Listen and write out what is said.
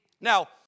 Now